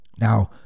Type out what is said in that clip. Now